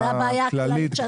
זוהי הבעיה הכללית,